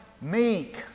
meek